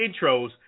intros